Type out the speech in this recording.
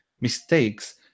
mistakes